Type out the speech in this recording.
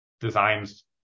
designs